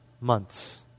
months